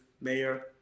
mayor